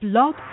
Blog